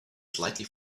slightly